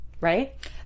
right